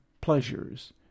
pleasures